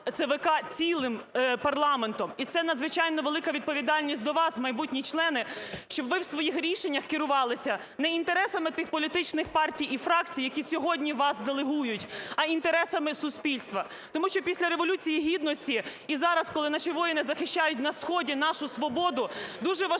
ЦВК цілим парламентом. І це надзвичайно велика відповідальність до вас, майбутні члени, щоб ви в своїх рішеннях керувалися не інтересами тих політичних партій і фракцій, які сьогодні вас делегують, а інтересами суспільства. Тому що після Революції Гідності і зараз, коли наші воїни захищають на сході нашу свободу, дуже важливо,